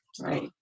Right